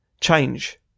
Change